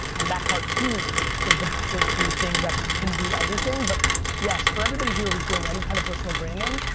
and that cartoon is the is the thing that can do everything, but yes, for everybody here who's doing any kind of personal branding,